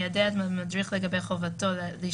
אני לא יודע את עמדות הממשלה יש פה את